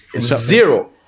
zero